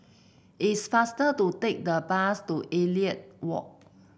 it's faster to take the bus to Elliot Walk